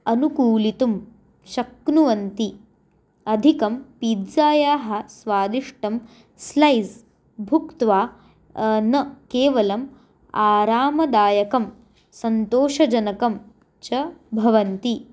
अनुकूलितुं शक्नुवन्ति अधिकं पिज़्ज़ायाः स्वादिष्टं स्लैस् भुक्त्वा न केवलम् आरामदायकं सन्तोषजनकं च भवन्ति